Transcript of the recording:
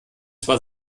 zwar